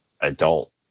adult